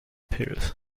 pils